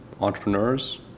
entrepreneurs